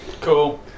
Cool